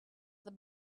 the